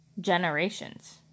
generations